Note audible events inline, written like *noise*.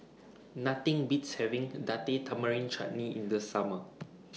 *noise* Nothing Beats having Date Tamarind Chutney in The Summer